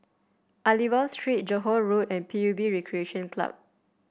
Aliwal Street Johore Road and P U B Recreation Club